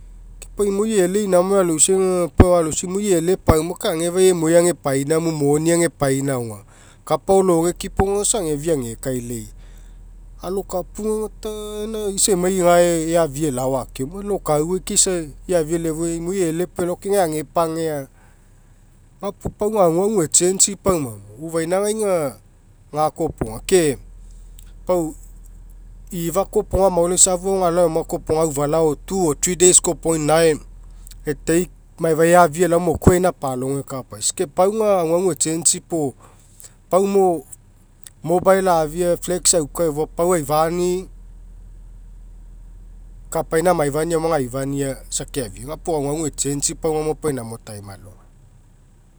Kai pau imoi e'elei inamo aloisai aga pau aloisa imoi e'ele pauma kai agefai emuai agepainao emu moni agepainaoga kapao lo'ogekipo aga isa ageafia agekailai aloapuga aga ta isa emai gae eafia elao alaoma oilokauai ke isa eafia elao efua imoi e'ele puo elao gae a'gepagea. Gapuo pau aga aguagu echange paumamo. Ufainagai aga gakoa kopoga, ke pau ifa kopoga amaulaisa afuagao galao agaoma kopoga aufalao agao two or three days kopoga inae e'take maifa eafia elao mokuai ainapalogo ekapaisa ke pau aga aguagu echange'i puo paumo mobile afia flex auka efua pau aifania isa keafia gapuo aguagu echange'i paumamo inaina time alogai.